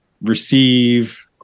receive